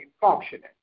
functioning